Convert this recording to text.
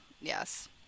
Yes